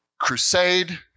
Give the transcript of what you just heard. crusade